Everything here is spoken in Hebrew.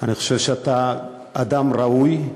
אני חושב שאתה אדם ראוי,